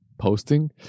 posting